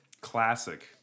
Classic